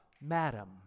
madam